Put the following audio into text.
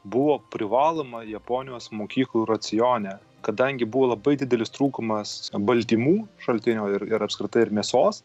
buvo privaloma japonijos mokyklų racione kadangi buvo labai didelis trūkumas baltymų šaltinio ir ir apskritai ir mėsos